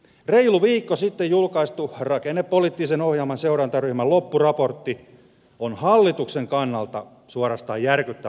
reilu viikko sitten julkaistu rakennepoliittisen ohjelman seurantaryhmän loppuraportti on hallituksen kannalta suorastaan järkyttävää luettavaa